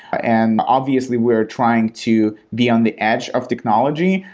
and obviously we are trying to be on the edge of technology,